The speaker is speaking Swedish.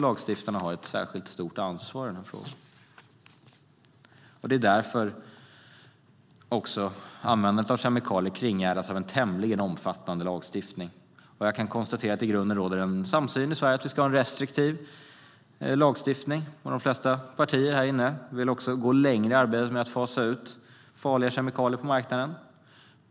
Lagstiftarna har därför ett särskilt stort ansvar i den här frågan, och därför kringgärdas användandet av kemikalier av en tämligen omfattande lagstiftning. Jag kan konstatera att det i grunden råder en samsyn i Sverige om att vi ska ha en restriktiv lagstiftning. De flesta partier här inne vill gå längre i arbetet med att fasa ut farliga kemikalier på marknaden.